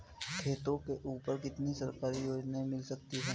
खेतों के ऊपर कितनी सरकारी योजनाएं मिल सकती हैं?